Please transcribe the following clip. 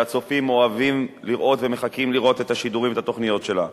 שהצופים אוהבים לראות ומחכים לראות את השידורים ואת התוכניות שלה,